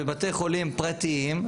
בבתי חולים פרטיים.